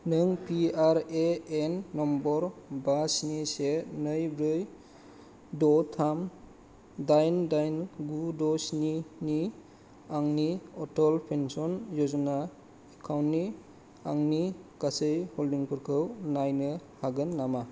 नों P R A N number बा स्नि से नै ब्रै द' थाम दाइन दाइन गु द' स्नि नि आंनि अटल पेन्सन य'जना एकाउन्टनि आंनि गासै हल्डिंफोरखौ नायनो हागोन नामा